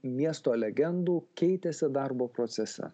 miesto legendų keitėsi darbo procese